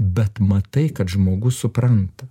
bet matai kad žmogus supranta